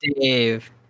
Dave